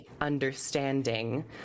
understanding